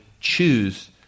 choose